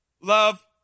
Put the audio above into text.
love